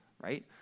right